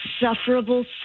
insufferable